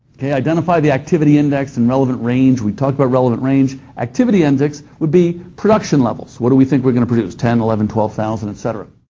okay, identify the activity index and relevant range. we talked about relevant range. activity index would be production levels. what do we think we're going to produce? ten, eleven, twelve thousand, etc.